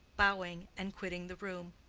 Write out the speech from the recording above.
bowing and quitting the room.